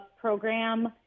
program